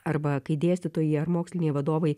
arba kai dėstytojai ar moksliniai vadovai